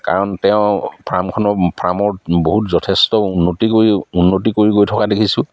কাৰণ তেওঁ ফাৰ্মখনৰ ফাৰ্মত বহুত যথেষ্ট উন্নতি কৰি উন্নতি কৰি গৈ থকা দেখিছোঁ